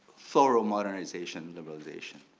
thorough modernization the realization?